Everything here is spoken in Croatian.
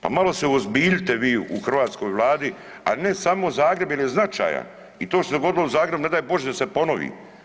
Pa malo se uozbiljite vi u hrvatskoj Vladi, a ne samo Zagreb jel je značajan i to što se dogodilo u Zagrebu ne daj Bože da se ne ponovi.